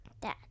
Dad